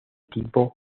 tipo